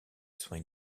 sont